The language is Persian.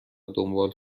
دنبال